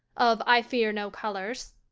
of i fear no colours